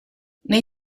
nei